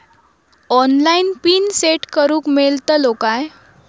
Online pin set करूक मेलतलो काय?